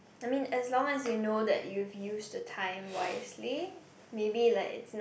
I mean as long as you know that you've use the time wisely maybe like it's not